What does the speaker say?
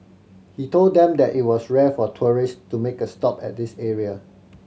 he told them that it was rare for tourist to make a stop at this area